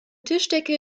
tischdecke